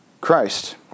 Christ